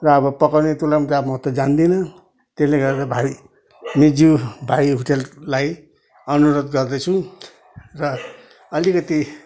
र अब पकाउने तुलाउने त म अब त जान्दिनँ त्यसले गर्दा भाइ मित ज्यू भाइ होटललाई अनुरोध गर्दैछु र अलिकति